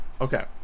Okay